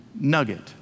nugget